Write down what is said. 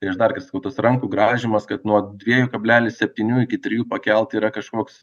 tai aš dar vis sakau tas rankų grąžymas kad nuo dviejų kablelis septynių iki trijų pakelt yra kažkoks